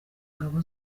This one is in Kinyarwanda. ngabo